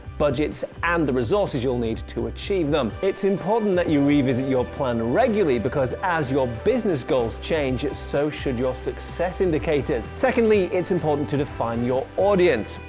budgets and the resources you'll need to achieve them. it's important that you revisit your plan regularly, because as your business goals change, so should your success indicators. secondly, it's important to define your audience.